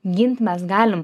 gint mes galim